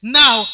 now